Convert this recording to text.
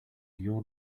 your